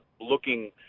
looking